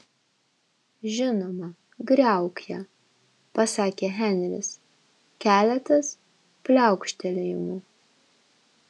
žinoma griauk ją pasakė henris keletas pliaukštelėjimų